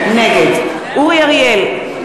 נגד אורי אריאל,